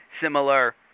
similar